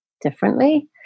differently